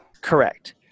Correct